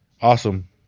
awesome